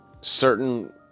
certain